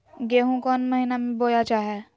गेहूँ कौन महीना में बोया जा हाय?